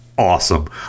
awesome